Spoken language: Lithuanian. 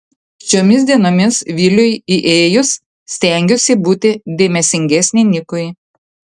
šiomis dienomis viliui įėjus stengiuosi būti dėmesingesnė nikui